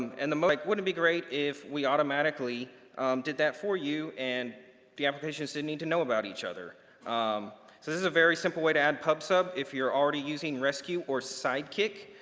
and i'm like, wouldn't it be great if we automatically did that for you and the applications didn't need to know about each other. um so this is a very simple way to add pub-sub if you're already using rescue or sidekick,